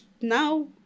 now